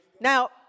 Now